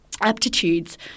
aptitudes